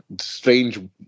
strange